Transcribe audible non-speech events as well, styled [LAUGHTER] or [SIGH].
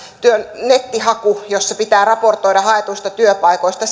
nettihaku jossa pitää raportoida haetuista työpaikoista [UNINTELLIGIBLE]